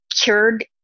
cured